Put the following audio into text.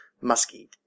musky